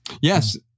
Yes